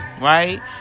right